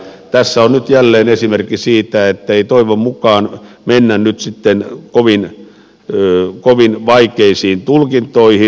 tässä on nyt jälleen esimerkki siitä ettei toivon mukaan mennä nyt sitten kovin vaikeisiin tulkintoihin